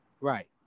right